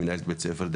שניהלה דאז בית ספר,